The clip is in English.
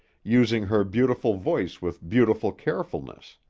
using her beautiful voice with beautiful carefulness.